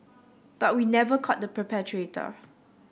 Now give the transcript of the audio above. but we never caught the